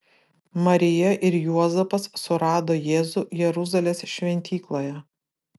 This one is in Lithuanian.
marija ir juozapas surado jėzų jeruzalės šventykloje